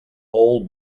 ole